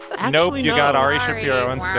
and no you got ari shapiro instead